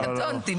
קטונתי.